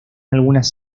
algunas